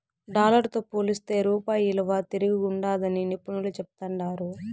dollar తో పోలిస్తే రూపాయి ఇలువ తిరంగుండాదని నిపునులు చెప్తాండారు